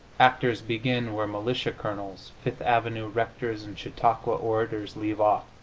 actors begin where militia colonels, fifth avenue rectors and chautauqua orators leave off.